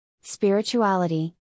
spirituality